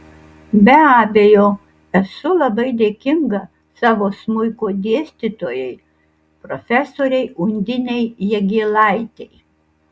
be abejo esu labai dėkinga savo smuiko dėstytojai profesorei undinei jagėlaitei